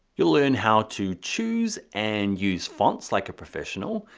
you'll learn how to choose and use fonts like a professional.